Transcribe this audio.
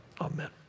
Amen